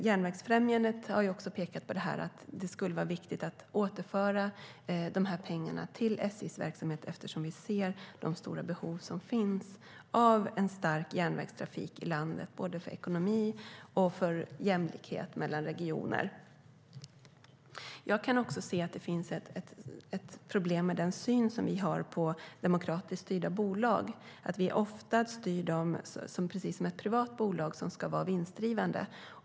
Järnvägsfrämjandet har också pekat på att det skulle vara viktigt att återföra pengarna till SJ:s verksamhet eftersom man ser de stora behov som finns av en stark järnvägstrafik i landet både för ekonomi och för jämlikhet mellan regioner. Jag kan också se att det finns ett problem med den syn som vi har på demokratiskt styrda bolag; vi styr dem ofta precis som ett privat bolag, som ska vara vinstdrivande.